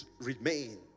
remain